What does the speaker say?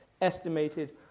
estimated